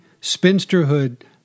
spinsterhood